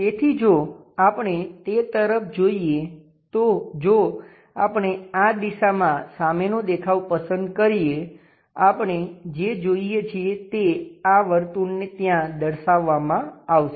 તેથી જો આપણે તે તરફ જોઈએ તો જો આપણે આ દિશામાં સામેનો દેખાવ પસંદ કરીએ આપણે જે જોઈએ છીએ તે આ વર્તુળને ત્યાં દર્શાવવામાં આવશે